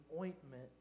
ointment